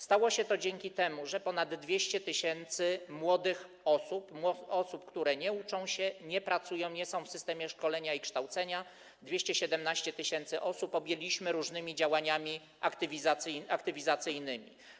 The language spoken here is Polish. Stało się to dzięki temu, że ponad 200 tys. młodych osób, które nie uczą się, nie pracują, nie są w systemie szkolenia i kształcenia, że 217 tys. tych osób objęliśmy różnymi działaniami aktywizacyjnymi.